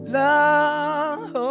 love